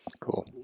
cool